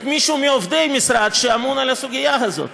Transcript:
את מישהו מעובדי המשרד שאמון על הסוגיה הזאת,